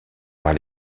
par